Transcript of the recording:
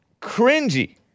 cringy